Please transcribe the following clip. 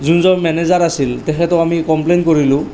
যোনজন মেনেজাৰ আছিল তেখেতক অমি কমপ্লেইন কৰিলোঁ